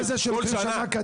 כל שנה.